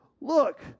Look